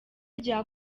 rya